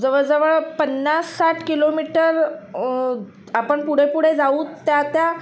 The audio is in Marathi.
जवळजवळ पन्नास साठ किलोमीटर आपण पुढेपुढे जाऊ त्या त्या